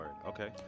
Okay